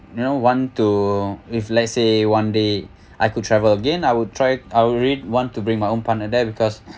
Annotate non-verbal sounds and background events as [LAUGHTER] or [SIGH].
you know want to if let's say one day [BREATH] I could travel again I will try I will really want to bring my own partner there because